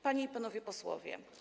Panie i Panowie Posłowie!